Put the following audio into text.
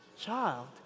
child